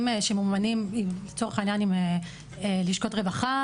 שממומנים לצורך העניין עם לשכות רווחה,